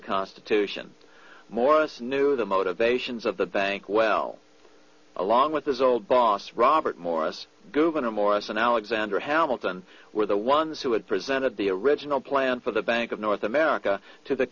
the constitution morris knew the motivations of the bank well along with his old boss robert morris gouverneur morris and alexander hamilton were the ones who had presented the original plan for the bank of north america to the